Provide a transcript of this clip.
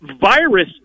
virus